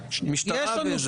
הוא לא אומר עליך.